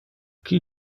qui